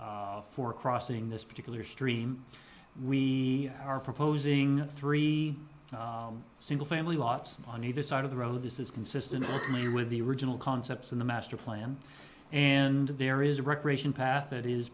for crossing this particular stream we are proposing three single family lots on either side of the road this is consistently with the original concepts in the master plan and there is a recreation path that is